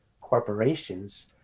corporations